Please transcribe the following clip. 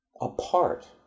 apart